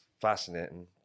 fascinating